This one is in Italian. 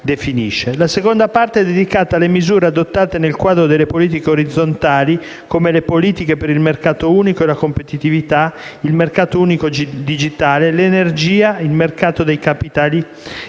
La seconda parte è dedicata alle misure adottate nel quadro delle politiche orizzontali come le politiche per il mercato unico e la competitività, il mercato unico digitale, l'energia, il mercato dei capitali e politiche